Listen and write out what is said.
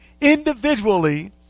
individually